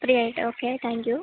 free ആയിട്ട് okay thank you